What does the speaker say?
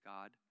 God